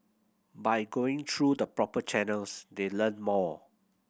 by going through the proper channels they learn more